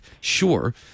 sure